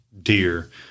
deer